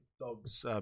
dogs